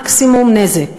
מקסימום נזק.